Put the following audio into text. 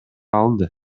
алды